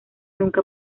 nunca